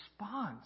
response